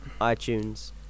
itunes